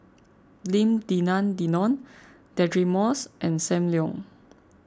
Lim Denan Denon Deirdre Moss and Sam Leong